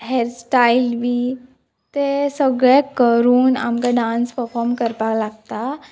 hairstyle बी तें सगळे करून आमकां डांस पफोम करपाक लागता